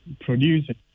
producing